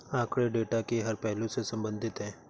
आंकड़े डेटा के हर पहलू से संबंधित है